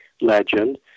legend